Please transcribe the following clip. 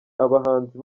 abahanzi